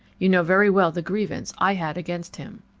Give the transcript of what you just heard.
you know very well the grievance i had against him.